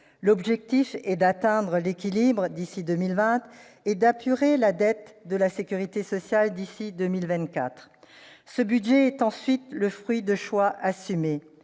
L'objectif est d'atteindre l'équilibre d'ici à 2020, et d'apurer la dette de la sécurité sociale d'ici à 2024. Ensuite, ce budget est le fruit de choix assumés